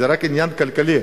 זה רק עניין כלכלי.